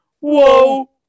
Whoa